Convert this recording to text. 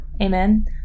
Amen